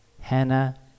Hannah